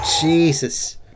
Jesus